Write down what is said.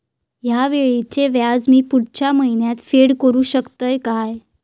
हया वेळीचे व्याज मी पुढच्या महिन्यात फेड करू शकतय काय?